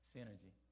Synergy